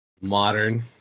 Modern